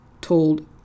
told